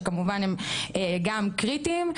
שכמובן גם הם קריטיים.